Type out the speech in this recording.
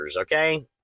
okay